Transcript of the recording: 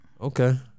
Okay